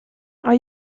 are